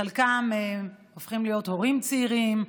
חלקם הופכים להיות הורים צעירים,